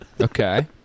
Okay